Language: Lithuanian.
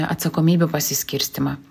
atsakomybių pasiskirstymą